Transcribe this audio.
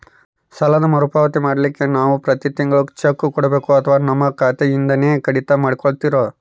ಸಾಲದ ಮರುಪಾವತಿ ಮಾಡ್ಲಿಕ್ಕೆ ನಾವು ಪ್ರತಿ ತಿಂಗಳು ಚೆಕ್ಕು ಕೊಡಬೇಕೋ ಅಥವಾ ನಮ್ಮ ಖಾತೆಯಿಂದನೆ ಕಡಿತ ಮಾಡ್ಕೊತಿರೋ?